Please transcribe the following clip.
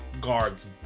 guards